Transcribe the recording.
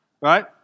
right